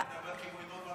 כמו ינון מגל.